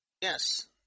Yes